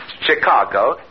Chicago